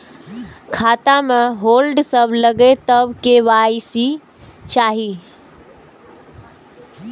खाता में होल्ड सब लगे तब के.वाई.सी चाहि?